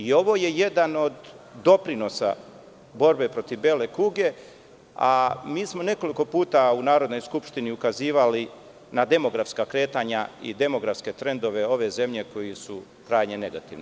Ovo je jedan od doprinosa borbe protiv bele kuga, a mi smo nekoliko puta u Narodnoj skupštini ukazivali na demografska kretanja i demografske trendove ove zemlje koji su krajnje negativni.